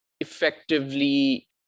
effectively